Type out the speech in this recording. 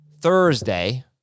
Thursday